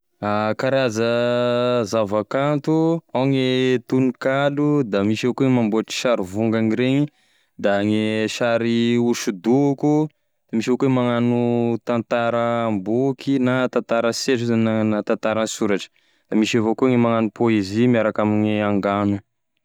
Karaza zavakanto ao gne tonokalo da misy ao koa e mamboatry sarivongany reny, da gne sary hosodoko, misy avao koa e magnano tantaram-boky, na tantara an-sehatry io zany na tantara an-soratry da misy avao koa gne magnano poezia miaraka amin'ny angano.